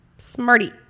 Smarty